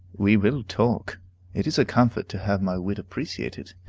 we will talk it is a comfort to have my wit appreciated,